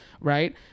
right